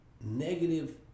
negative